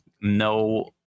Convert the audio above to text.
no